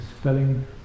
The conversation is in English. spelling